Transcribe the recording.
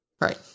Right